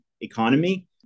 economy